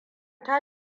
ta